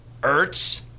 Ertz